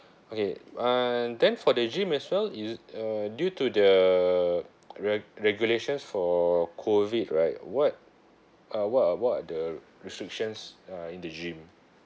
okay uh then for the gym as well is uh due to the reg~ regulations for COVID right what uh what are what are the restrictions uh in the gym